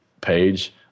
page